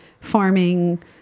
farming